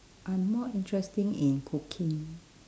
I'm more interesting in cooking